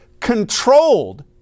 controlled